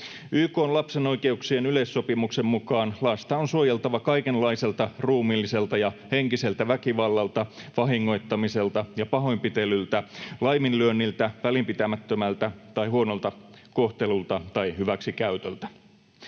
YK:n lapsen oikeuksien yleissopimuksen mukaan lasta on suojeltava kaikenlaiselta ruumiilliselta ja henkiseltä väkivallalta, vahingoittamiselta ja pahoinpitelyltä, laiminlyönniltä, välinpitämättömältä tai huonolta kohtelulta tai hyväksikäytöltä.